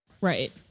Right